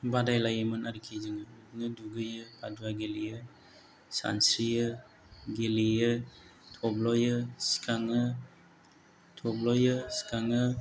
बादायलायोमोन आरोखि जोङो बिदिनो दुगैयो बादुवा गेलेयो सानस्रियो गेलेयो थब्ल'यो सिखांङो थब्ल'यो सिखांङो